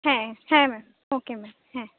হ্যাঁ হ্যাঁ ma'am okay ma'am হ্যাঁ